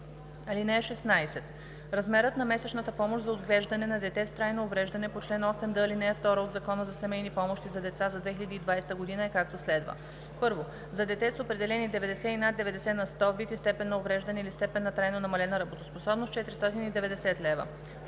лв. (16) Размерът на месечната помощ за отглеждане на дете с трайно увреждане по чл. 8д, ал. 2 от Закона за семейни помощи за деца за 2020 г. е, както следва: 1. за дете с определени 90 и над 90 на сто вид и степен на увреждане или степен на трайно намалена работоспособност – 490 лв.;